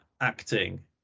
acting